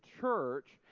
church